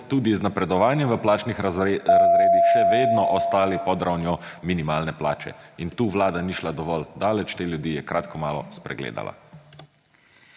tudi z napredovanjem v plačnih rezredih še vedno ostali pod ravno minimalne plače in tukaj Vlada ni šla dovolj daleč, te ljudi je kratkomalo spregledala.